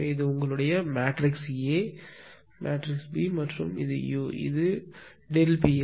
எனவே இது உங்களுடைய ஒரு மேட்ரிக்ஸ் A B மற்றும் u இது PL